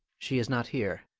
she is not here.